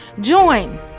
Join